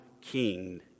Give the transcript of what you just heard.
king